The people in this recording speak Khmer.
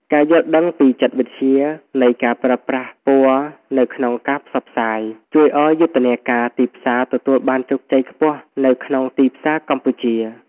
ការយល់ដឹងពីចិត្តវិទ្យានៃការប្រើប្រាស់ពណ៌នៅក្នុងការផ្សព្វផ្សាយ ជួយឱ្យយុទ្ធនាការទីផ្សារទទួលបានជោគជ័យខ្ពស់នៅក្នុងទីផ្សារកម្ពុជា។